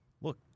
look